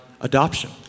adoption